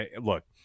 Look